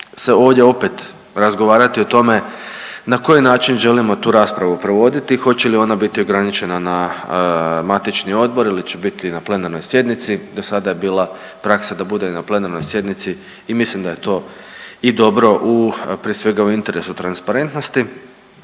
možemo se ovdje opet razgovarati o tome na koji način želimo tu raspravu provoditi, hoće li ona biti ograničena na matični odbor ili će biti na plenarnoj sjednici. Do sada je bila praksa da bude na plenarnoj sjednici i mislim da je to i dobro prije svega u interesu transparentnosti.